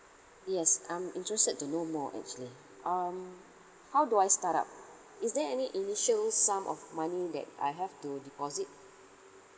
yes I'm interested to know more actually um how do I start up is there any initial sum of money that I have to deposit